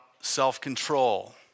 self-control